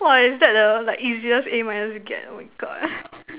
!woah! is that the like easiest A minus you get oh my God